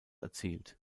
erzielt